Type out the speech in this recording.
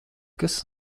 kas